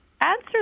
answer